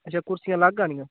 अच्छा कुर्सियां अलग्ग आह्नियां